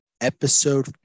episode